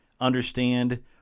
understand